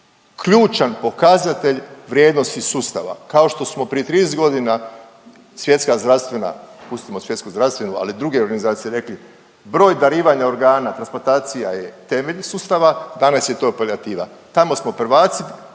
ključan pokazatelj vrijednosti sustava, kao što smo prije 30.g. Svjetska zdravstvena, pustimo Svjetsku zdravstvenu, ali druge organizacije rekli broj darivanja organa, transplantacija je temelj sustava, danas je to palijativa. Tamo smo prvaci,